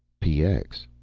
px,